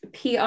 PR